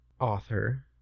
author